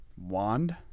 Wand